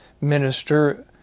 minister